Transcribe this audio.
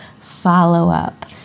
follow-up